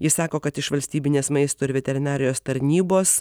ji sako kad iš valstybinės maisto ir veterinarijos tarnybos